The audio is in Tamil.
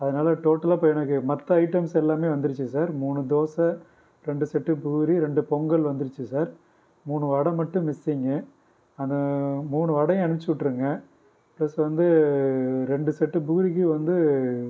அதனால் டோட்டலாக இப்போ எனக்கு மற்ற ஐட்டம்ஸ் எல்லாமே வந்துருச்சு சார் மூணு தோசை ரெண்டு செட்டு பூரி ரெண்டு பொங்கல் வந்துருச்சு சார் மூணு வடை மட்டும் மிஸ்ஸிங்கு அந்த மூணு வடையும் அனுப்புச்சுவுட்ருங்க ப்ளஸ் வந்து ரெண்டு செட்டு பூரிக்கு வந்து